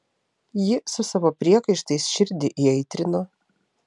ji su savo priekaištais širdį įaitrino